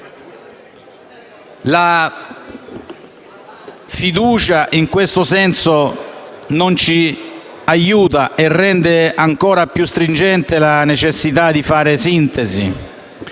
La fiducia in questo senso non ci aiuta e rende ancora più stringente la necessità di fare sintesi.